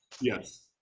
Yes